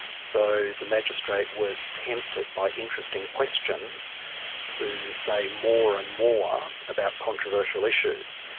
so the magistrate was tempted by interesting questions to say more and more about controversial issues.